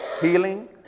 healing